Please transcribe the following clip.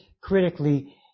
critically